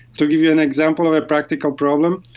to give you an example of a practical problem,